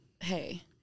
hey